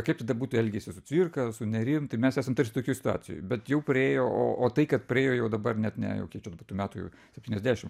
kaip tada būtų elgęsi su cvirka su nėrim tai mes esam tarsi tokioj situacijoj bet jau praėjo o o tai kad praėjo jau dabar net ne jau čia kiek dabar tų metų jau septyniasdešim